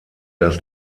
das